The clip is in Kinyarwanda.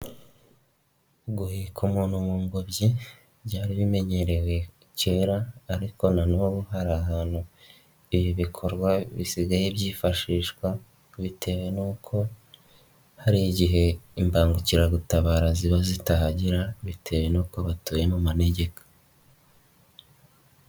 Guheka umuntu mu ngobyi byari bimenyerewe kera ariko na n'ubu hari ahantu ibi bikorwa bisigaye byifashishwa bitewe n'uko hari igihe imbangukiragutabara ziba zitahagera bitewe n'uko batuye mu manegeka.